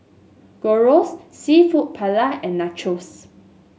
Gyros seafood Paella and Nachos